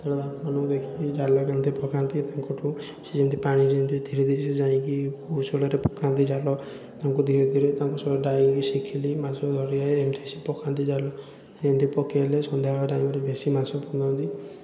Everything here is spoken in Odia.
ସେତେବେଳେ ବାପାମାନଙ୍କୁ ଦେଖି ଜାଲ କେମିତି ପକାନ୍ତି ତାଙ୍କଠାରୁ ସେ ଯେମିତି ପାଣି ଯେମିତି ଧିରେଧିରେ ଯାଇକି କୌଶଳରେ ପକାନ୍ତି ଜାଲ ତାଙ୍କୁ ଧିରେଧିରେ ତାଙ୍କ ଶୈଳୀଟା ଶିଖିଲି ମାଛ ଧରିବାରେ ଏମିତି ସେ ପକାନ୍ତି ଜାଲ ଏମିତି ପକେଇଲେ ସନ୍ଧ୍ୟାବେଳ ଟାଇମ୍ରେ ବେଶୀ ମାଛ ପକାନ୍ତି